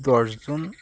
দশ জন